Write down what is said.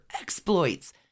exploits